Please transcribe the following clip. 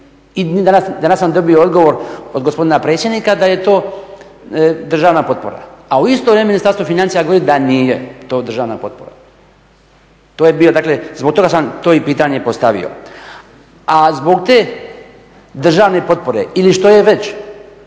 I danas sam dobio odgovor od gospodina predsjednika da je to državna potpora, a u isto vrijeme Ministarstvo financija govori da nije to državna potpora. Dakle, zbog toga sam to pitanje i postavio. A zbog te državne potpore ili što je već